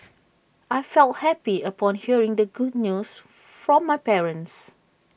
I felt happy upon hearing the good news from my parents